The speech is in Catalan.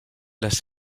les